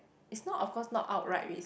it's not of course not outright rac~